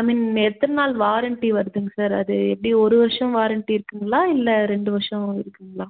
ஐ mean எத்தனை நாள் warranty வருதுங்க சார் அது எப்படியும் ஒரு வருஷம் வாரண்ட்டி இருக்குதுங்களா இல்லை ரெண்டு வருஷம் இருக்குதுங்களா